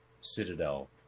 Citadel